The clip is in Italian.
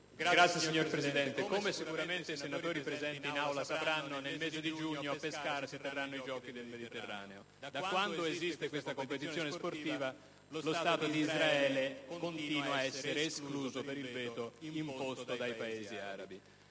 *(PD)*. Signor Presidente, come sicuramente i senatori presenti in Aula sapranno, nel mese di giugno a Pescara si terranno i Giochi del Mediterraneo. Da quando esiste questa competizione sportiva, lo Stato di Israele continua ad essere escluso per il veto imposto dai Paesi arabi.